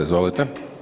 Izvolite.